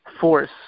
force